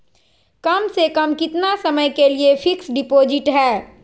कम से कम कितना समय के लिए फिक्स डिपोजिट है?